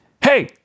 hey